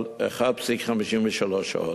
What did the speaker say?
על 1.53 שעות,